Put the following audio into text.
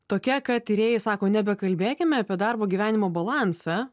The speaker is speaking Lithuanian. tokia kad tyrėjai sako nebekalbėkime apie darbo gyvenimo balansą